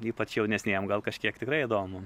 ypač jaunesniem gal kažkiek tikrai įdomu